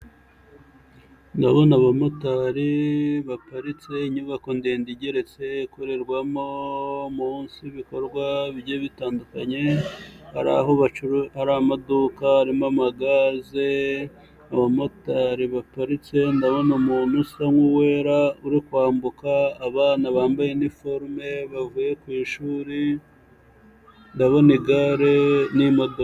Ndabona abamotari baparitse inyubako ndende igeretse ikorerwamo munsi, ibikorwa bigiye bitandukanye, hari amaduka harimo amagaze, abamotari baparitse, ndabona umuntu usa nk'uwera uri kwambuka, abana bambaye iniforume bavuye ku ishuri, ndabona igare n'imodoka.